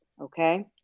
okay